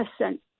innocent